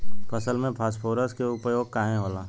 फसल में फास्फोरस के उपयोग काहे होला?